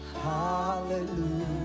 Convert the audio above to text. Hallelujah